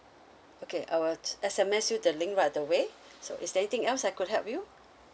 okay I will S_M_S you the link right away so is there anything else I could help you